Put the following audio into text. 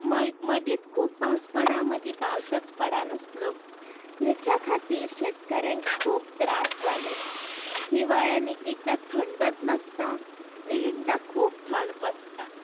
म मदींंत खूब पावस पडा मदीं पावसच पडनासलो हेच्या खातीर शेतकाऱ्यांक खूब त्रास जालो हिवाळ्यान एक एकदां थंडच नासता एकएकदा खूब थंड पडटा